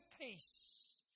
peace